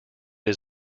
his